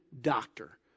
doctor